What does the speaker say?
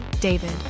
David